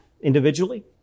individually